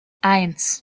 eins